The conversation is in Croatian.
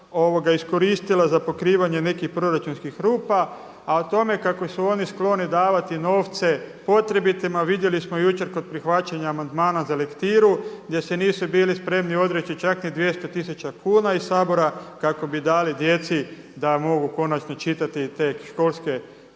iskoristila za pokrivanje nekih proračunskih rupa, a o tome kako su oni skloni davati novce potrebitima vidjeli smo jučer kod prihvaćanja amandmana za lektiru gdje se nisu bili spremni odreći čak ni 200 tisuća kuna iz Sabora kako bi dali djeci da mogu konačno čitati te školske